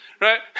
right